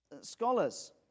Scholars